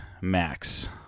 Max